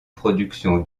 production